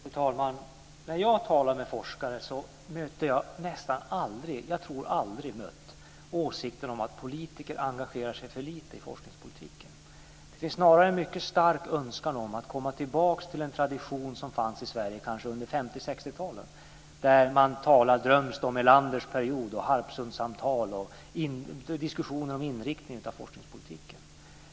Fru talman! När jag har talat med forskare tror jag att jag aldrig har mött åsikten om att politiker engagerar sig för lite i forskningspolitiken. Det finns snarare en mycket stark önskan om att komma tillbaka till en tradition som kanske fanns i Sverige under 50 och 60-talen. Man talar drömskt om Erlanders period och Harpsundssamtal, diskussioner om inriktningen av forskningspolitiken.